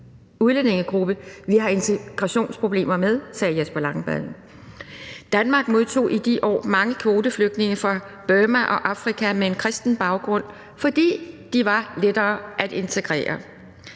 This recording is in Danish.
udlændingegruppe, vi har integrationsproblemer med.« Danmark modtog i de år mange kvoteflygtninge fra Burma og Afrika med en kristen baggrund, fordi de var lettere at integrere.